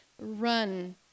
run